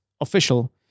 official